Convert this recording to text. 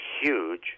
huge